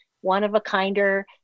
one-of-a-kinder